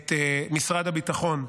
את משרד הביטחון,